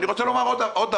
מה עוד?